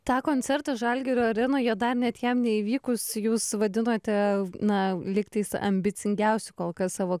tą koncertą žalgirio arenoje dar net jam neįvykus jūs vadinote na lygtais ambicingiausiu kol kas savo